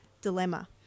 dilemma